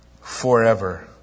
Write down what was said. forever